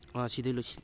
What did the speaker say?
ꯁꯤꯗ ꯂꯣꯏꯁꯤꯟ